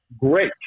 great